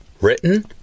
written